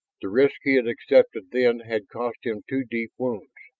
the risk he had accepted then had cost him two deep wounds,